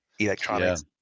electronics